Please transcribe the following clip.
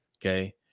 okay